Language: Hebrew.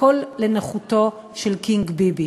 הכול לנוחותו של קינג ביבי.